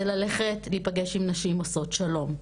זה ללכת להיפגש עם 'נשים עושות שלום',